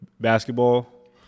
basketball